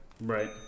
Right